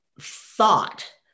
thought